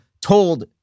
told